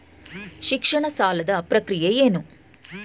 ಶಿಕ್ಷಣ ಸಾಲದ ಪ್ರಕ್ರಿಯೆ ಏನು?